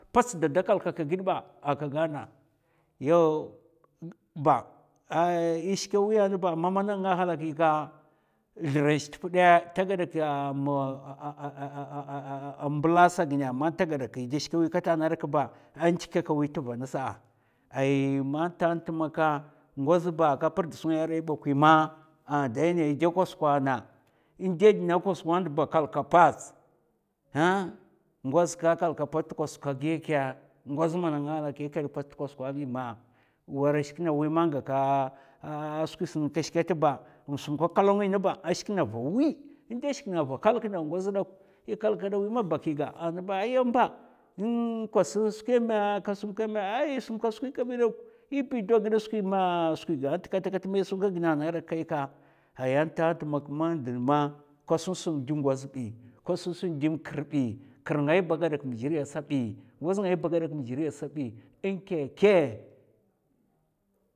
Pats dadda kal ka ghid ba aka gana yaw, gag- gag ba è shika wuya nba man mana nganga a halaki zlèr zhè tapdè ta gadak a ma nbmlasa gina man ta gadak è da shika wi kata na dak ba a ndikaka wi tva nasa a, ai man ntan nta maka ngoz ba ka prda su ngaya ri mbokwi ma an daina è dè kosuk ana in dè dna kosuk ntba kal ka pats huh ngawz ka a kalka pats ta kosuk ka giyè kè? Ngwaz mana nga nga a halaki a kèl ptas ta kosukwa bi ma war a shik na wi man in gaka skwis na kash kat ba, in sumka kolokwi nènga ba shik na va wi, nda shik nènga wi è kalkada wiya bakiga aya mba um kwas sukwè mè ka samkèmè ay è samka skwi kabi dok yibi dwa gida skwi maaa skwi ga nta katakat mè sumka ginè kai ka, ay an tant ma kasun sam ndi ngoz bi, kasun sam ndi kir bi, kir ngai ba a gadak girè a sa bi, ngawz ngai ba a gadak ma giri a sabi nkèkè,